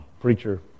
preacher